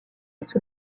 sous